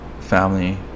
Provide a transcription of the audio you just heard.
family